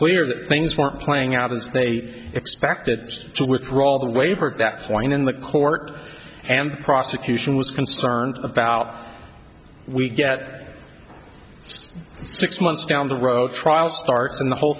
clear that things weren't playing out as they expected to withdraw all the waiver at that point in the court and prosecution was concerned about we get six months down the road trial starts and the whole